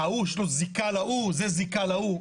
ההוא יש לו זיקה להוא, זה זיקה להוא.